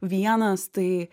vienas tai